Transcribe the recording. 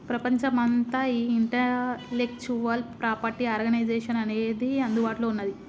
ప్రపంచమంతా ఈ intellectual property organization అనేది అందుబాటులో ఉన్నది